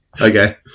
Okay